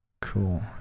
Cool